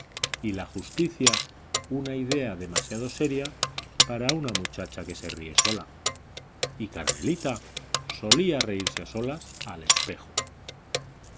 y la justicia una idea demasiado seria para una muchacha que se ríe sola y carmelita solía reírse a solas al espejo